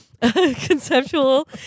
conceptual